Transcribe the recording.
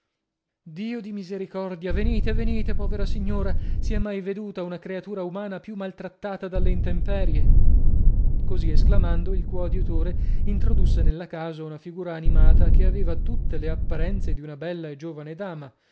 dio di misericordia venite venite povera signora si è mai veduta una creatura umana più maltrattata dalle intemperie così esclamando il coadiutore introdusse nella casa una figura animata che aveva tutte le apparenze di una bella e giovane dama